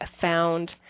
found